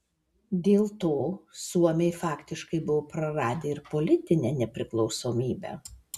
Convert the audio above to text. dėl to suomiai faktiškai buvo praradę ir politinę nepriklausomybę